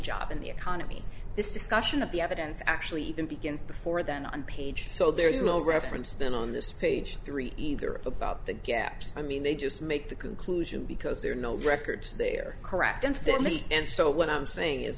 job in the economy this discussion of the evidence actually even begins before then on page so there is no reference then on this page three either about the gaps i mean they just make the conclusion because there are no records they are correct in that list and so what i'm saying is